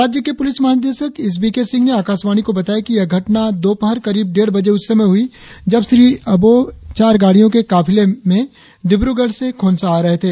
राज्य के पुलिस महानिदेशक एस बी के सिंह ने आकाशवाणी को बताया कि यह घटना दोपहर करीब डेढ़ बजे उस समय हुई जब श्री अबोह चार गाड़ियों के काफिले में डिब्रगढ़ से खोंसा आ रहे थे